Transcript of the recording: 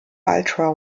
ultra